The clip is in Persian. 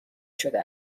شده